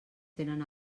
tenen